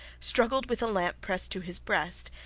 struggled with a lamp pressed to his breast,